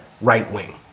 right-wing